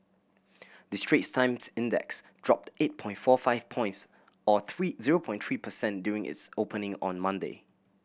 the Straits Times Index dropped eight point four five points or three zero point three percent during its opening on Monday